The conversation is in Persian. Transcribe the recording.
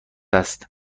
است